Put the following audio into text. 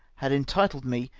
had entitled me,